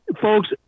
folks